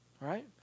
right